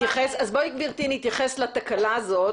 אז בואי, גברתי, נתייחס לתקלה הזאת